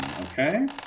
Okay